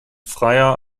freier